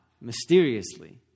mysteriously